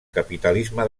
capitalisme